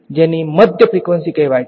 તેથી જેને મધ્ય ફ્રીકવંસી કહેવાય છે